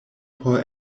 por